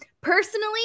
personally